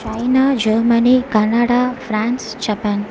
China Germany Canada France Japan